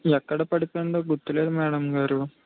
ఎక్కడ పడిపోయిందో గుర్తులేదు మేడం గారు